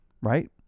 Right